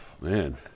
man